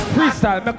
Freestyle